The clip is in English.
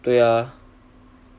对 ah